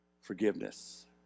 forgiveness